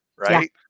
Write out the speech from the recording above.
Right